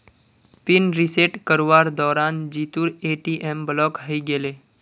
pin reset करवार दौरान जीतूर ए.टी.एम ब्लॉक हइ गेले